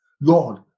Lord